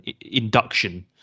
induction